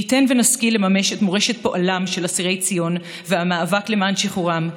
מי ייתן ונשכיל לממש את מורשת פועלם של אסירי ציון והמאבק למען שחרורם,